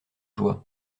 joie